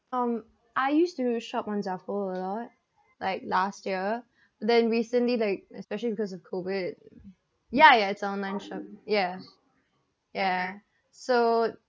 um I used to shop on Zaful a lot like last year then recently they especially because of COVID ya ya it's an online shop yeah yeah so